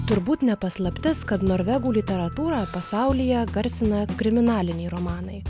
turbūt ne paslaptis kad norvegų literatūrą pasaulyje garsina kriminaliniai romanai